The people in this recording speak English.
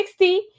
60